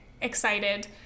excited